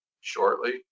shortly